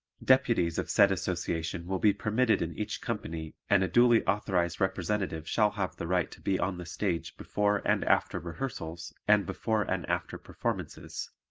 deputies of said association will be permitted in each company and a duly authorized representative shall have the right to be on the stage before and after rehearsals and before and after performances,